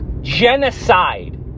genocide